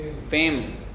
fame